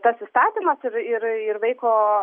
tas įstatymas ir ir ir vaiko